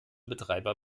betreiber